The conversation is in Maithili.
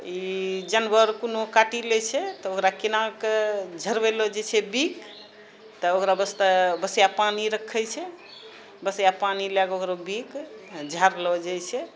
ई जानवर कोनो काटि लै छै तऽ ओकरा केनाके झरबे लए जाइ छै बिख तऽ ओकरा वास्ते बसिया पानि रक्खै छै बसिया पानि लऽकऽ ओकरो बिख झारलो जाइ छै